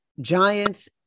giants